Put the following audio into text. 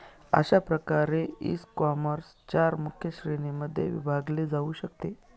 अशा प्रकारे ईकॉमर्स चार मुख्य श्रेणींमध्ये विभागले जाऊ शकते